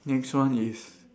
next one is